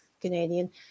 Canadian